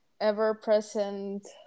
ever-present